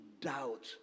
doubt